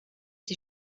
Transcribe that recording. die